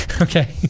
Okay